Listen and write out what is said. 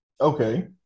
Okay